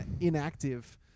inactive